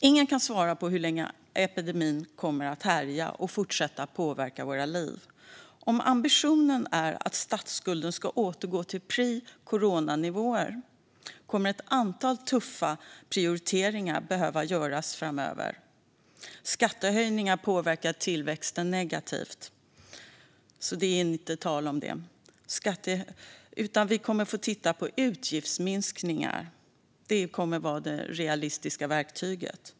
Ingen kan svara på hur länge epidemin kommer att härja och fortsätta att påverka våra liv. Om ambitionen är att statsskulden ska återgå till precoronanivåer kommer ett antal tuffa prioriteringar att behöva göras framöver. Skattehöjningar påverkar tillväxten negativt, så det är det inte tal om. Vi kommer i stället att få titta på utgiftsminskningar. Det kommer att vara det realistiska verktyget.